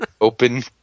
open